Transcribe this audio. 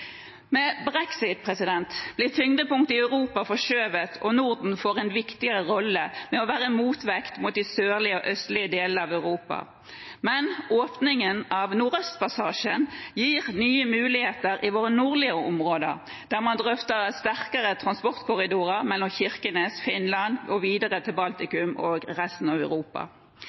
Med brexit blir tyngdepunktet i Europa forskjøvet, og Norden får en viktigere rolle med å være en motvekt mot de sørlige og østlige delene av Europa. Men åpningen av Nordøstpassasjen gir nye muligheter i våre nordlige områder, der man drøfter sterkere transportkorridorer mellom Kirkenes og Finland og videre til Baltikum og resten av Europa.